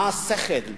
מה השכל,